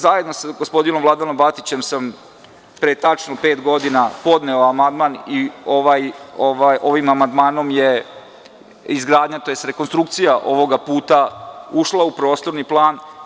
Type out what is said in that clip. Zajedno sa gospodinom Vladanom Batićem sam pre tačno pet godina podneo amandman i ovim amandmanom je izgradnja, tj. rekonstrukcija ovog puta ušla u prostorni plan.